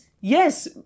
yes